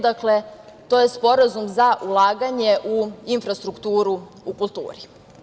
Dakle, to je Sporazum za ulaganje u infrastrukturu u kulturi.